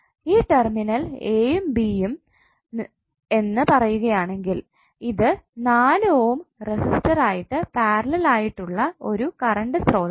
ഈ terminal A യും B യും എന്ന് പറയുകയാണെങ്കിൽ ഇത് 4 ഓം റേസിസിറ്റർ ആയിട്ട് പാരലൽ ആയിട്ടുള്ള ഒരു കറണ്ട് സ്രോതസ്സാണ്